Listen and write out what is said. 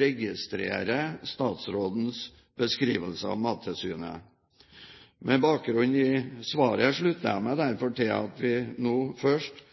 registrerer statsrådens beskrivelse av Mattilsynet. Med bakgrunn i svaret slutter jeg meg derfor til at vi nå først